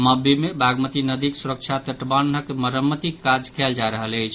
मब्बी मे बागमती नदीक सुरक्षा तटबान्हक मरम्मतीक काज कयल जा रहल अछि